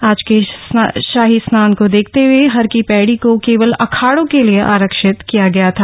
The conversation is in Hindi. आज के शाही स्नान को देखते हए हर की पैड़ी को केवल अखाड़ों के लिए आरक्षित किया गया था